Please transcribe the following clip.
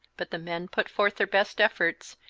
but the men put forth their best efforts,